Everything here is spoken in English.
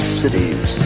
cities